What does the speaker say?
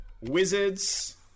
Wizards